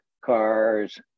cars